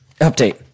Update